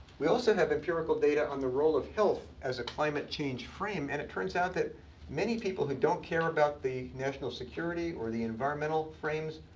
we also have empirical data on the role of health as a climate change frame. and it turns out that many people who don't care about the national security, or the environmental frames,